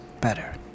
better